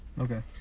Okay